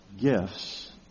Gifts